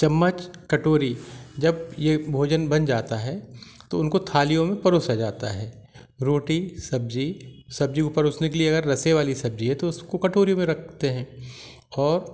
चम्मच कटोरी जब ये भोजन बन जाता है तो उनको थालियों में परोसा जाता है रोटी सब्जी सब्जी परोसने के लिए अगर रसे वाली सब्जी है तो उसको कटोरी में रखते हैं और